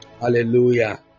hallelujah